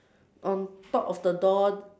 on top of the door